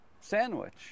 sandwich